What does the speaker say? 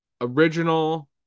original